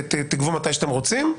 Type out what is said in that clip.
תגבו מתי שאתם רוצים,